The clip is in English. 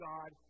God